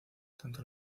tanto